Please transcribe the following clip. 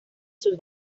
sus